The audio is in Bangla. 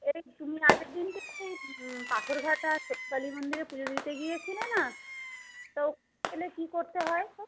এই তুমি আগের দিনকে তুমি পাথরঘাটা শ্বেতকালী মন্দিরে পুজো দিতে গিয়েছিলে না তো ওখানে কী করতে হয় গো